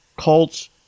cults